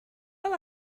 fel